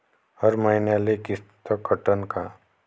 हर मईन्याले किस्त कटन का?